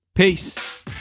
Peace